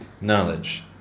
knowledge